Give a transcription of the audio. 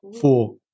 four